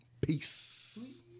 peace